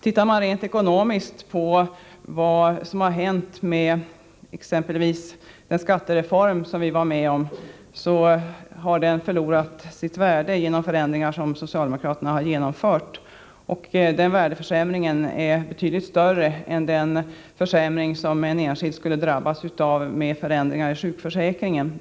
Ser man rent ekonomiskt på vad som har hänt med exempelvis den skattereform som centern var med om, finner man att den förlorat sitt värde genom de förändringar som socialdemokraterna genomfört. Denna värdeförsämring är betydligt större än den försämring som en enskild skulle drabbas av med förändringar i sjukförsäkringen.